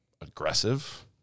aggressive